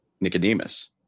Nicodemus